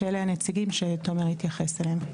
שאלה הנציגים שתומר התייחס אליהם.